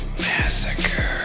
Massacre